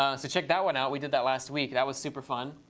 um so check that one out. we did that last week. that was super fun.